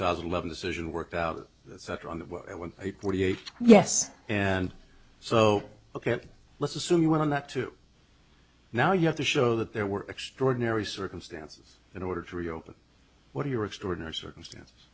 thousand level decision worked out on the one where you yes and so ok let's assume you were on that to now you have to show that there were extraordinary circumstances in order to reopen what are your extraordinary circumstance